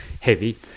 heavy